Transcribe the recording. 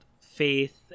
faith